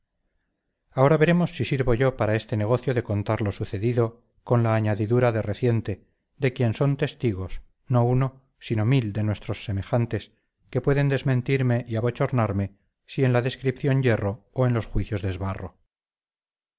ahora veremos si sirvo yo para este negocio de contar lo sucedido con la añadidura de reciente de quien son testigos no uno sino mil de nuestros semejantes que pueden desmentirme y abochornarme si en la descripción yerro o en los juicios desbarro